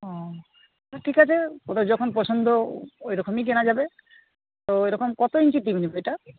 ও ঠিক আছে ওদের যখন পছন্দ ওই রকমই কেনা যাবে তো ওই রকম কত ইঞ্চির টি ভি ওইটা